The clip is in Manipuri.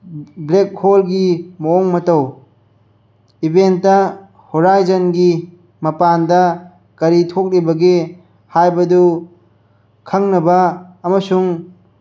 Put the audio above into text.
ꯕ꯭ꯂꯦꯛ ꯍꯣꯜꯒꯤ ꯃꯑꯣꯡ ꯃꯇꯧ ꯏꯕꯦꯟꯇ ꯍꯣꯔꯥꯏꯖꯟꯒꯤ ꯃꯄꯥꯟꯗ ꯀꯔꯤ ꯊꯣꯛꯂꯤꯕꯒꯦ ꯍꯥꯏꯕꯗꯨ ꯈꯪꯅꯕ ꯑꯃꯁꯨꯡ